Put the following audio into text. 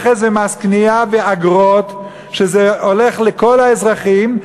מכס ומס קנייה ואגרות שזה הולך לכל האזרחים.